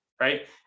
right